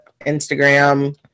Instagram